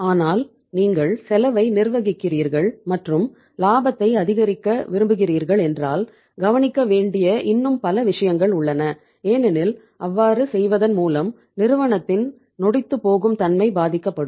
ஆனால் நீங்கள் செலவை நிர்வகிக்கிறீர்கள் மற்றும் லாபத்தை அதிகரிக்க விரும்புகிறீர்கள் என்றால் கவனிக்க வேண்டிய இன்னும் பல விஷயங்கள் உள்ளன ஏனெனில் அவ்வாறு செய்வதன் மூலம் நிறுவனத்தின் நொடித்துப்போகும் தன்மை பாதிக்கப்படும்